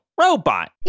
Robot